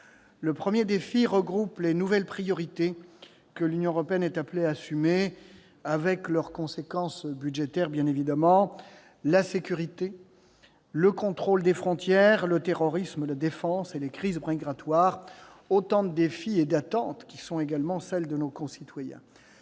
Le premier défi regroupe les nouvelles priorités que l'Union européenne est appelée à assumer, avec leurs conséquences budgétaires : la sécurité, le contrôle des frontières, le terrorisme, la défense, les crises migratoires-autant de défis et d'attentes qui sont également ceux de nos concitoyens.